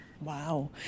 wow